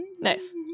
Nice